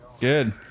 Good